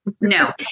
no